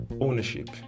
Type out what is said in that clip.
Ownership